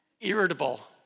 irritable